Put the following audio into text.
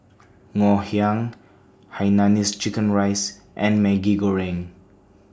Ngoh Hiang Hainanese Chicken Rice and Maggi Goreng